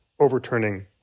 overturning